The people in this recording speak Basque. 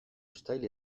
uztail